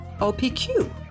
OPQ